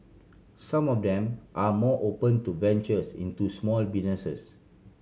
some of them are more open to ventures into small